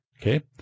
okay